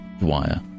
wire